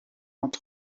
entre